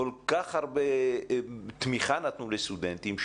כל כך הרבה תמיכה נתנו לסטודנטים.